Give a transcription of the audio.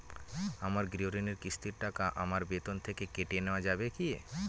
আমার গৃহঋণের কিস্তির টাকা আমার বেতন থেকে কেটে নেওয়া যাবে কি?